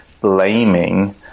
blaming